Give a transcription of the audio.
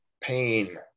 pain